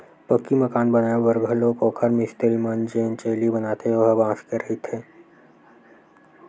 पक्की मकान बनाए बर घलोक ओखर मिस्तिरी मन जेन चइली बनाथे ओ ह बांस के रहिथे